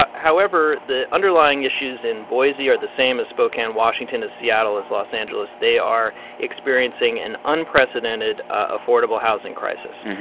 ah however, the underlying issues in boise are the same as spokane, wash, as seattle, as los angeles. they are experiencing an unprecedented affordable housing crisis.